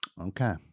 Okay